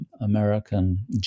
American